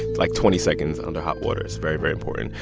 like, twenty seconds under hot water is very, very important.